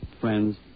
friends